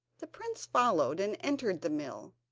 the prince followed and entered the mill,